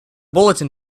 bulletin